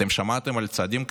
אתם שמעתם על צעדים כאלה?